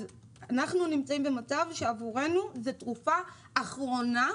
אז אנחנו נמצאים במצב שעבורנו זו תרופה אחרונה,